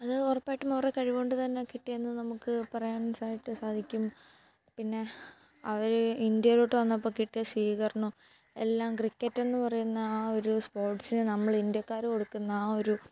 അതു ഉറപ്പായിട്ടും അവരുടെ കഴിവുകൊണ്ടു തന്നെ കിട്ടിയെന്നു നമുക്കു പറയാൻ സായിട്ട് സാധിക്കും പിന്നെ അവർ ഇന്ത്യയിലോട്ടു വന്നപ്പോൾ കിട്ടിയ സ്വീകരണം എല്ലാം ക്രിക്കറ്റ് എന്നു പറയുന്ന ആ ഒരു സ്പോർട്സിനു നമ്മൾ ഇന്ത്യക്കാർ കൊടുക്കുന്ന ആ ഒരു